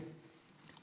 ולהתקיים".